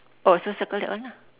oh so circle that one lah